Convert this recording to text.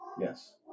Yes